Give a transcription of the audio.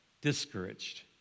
discouraged